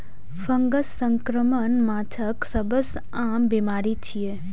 fungus संक्रमण माछक सबसं आम बीमारी छियै